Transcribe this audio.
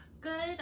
good